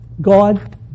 God